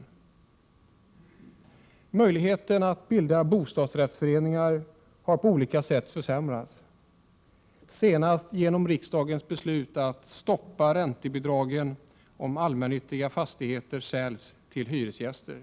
Oo Möjligheterna att bilda bostadsrättsföreningar har på olika sätt försämrats —- senast genom riksdagens beslut att stoppa räntebidragen om allmännyttiga fastigheter säljs till hyresgästerna.